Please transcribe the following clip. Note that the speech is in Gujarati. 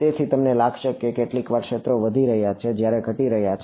તેથી તમને લાગશે કે કેટલીકવાર ક્ષેત્રો વધી રહ્યા છે ક્યારેક ઘટી રહ્યા છે